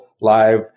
live